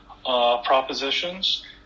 propositions